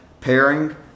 pairing